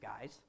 guys